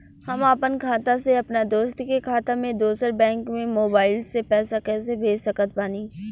हम आपन खाता से अपना दोस्त के खाता मे दोसर बैंक मे मोबाइल से पैसा कैसे भेज सकत बानी?